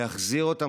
להחזיר אותם